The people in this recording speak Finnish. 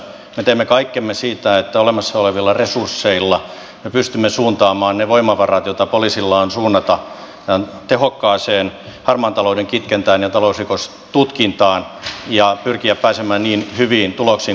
me teemme kaikkemme että olemassa olevilla resursseilla me pystymme suuntaamaan ne voimavarat joita poliisilla on suunnata tehokkaaseen harmaan talouden kitkentään ja talousrikostutkintaan ja pyrimme pääsemään niin hyviin tuloksiin kuin mahdollista